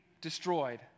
destroyed